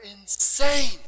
insane